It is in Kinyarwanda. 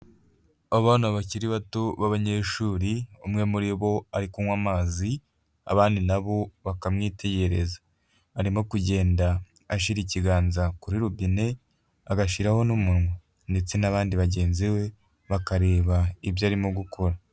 Abana bakiri bato b'abanyeshuri, umwe muri bo ari kunywa amazi abandi nabo bakamwitegereza, arimo kugenda ashyirara ikiganza kuri robine agashyiraho n'umunwa ndetse n'abandi bagenzi be bakareba ibyo arimo gukora.